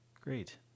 Great